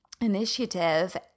initiative